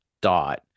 dot